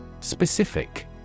Specific